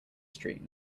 street